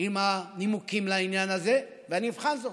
עם הנימוקים לעניין הזה, ואני אבחן זאת.